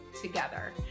together